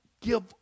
give